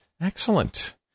Excellent